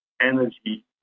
energy